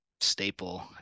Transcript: staple